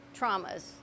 traumas